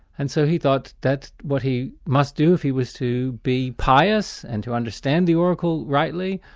and so he thought that what he must do if he was to be pious and to understand the oracle rightly,